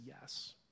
yes